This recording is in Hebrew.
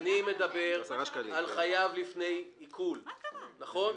מדבר על חייב לפני עיקול, נכון?